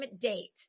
date